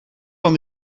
van